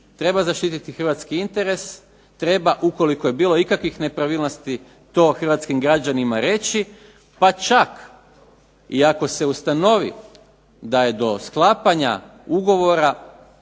treba zaštititi Hrvatski interes, treba ukoliko je bilo kakvih nepravilnosti to hrvatskim građanima reći, pa čak i ako se ustanovi da je do sklapanja ugovora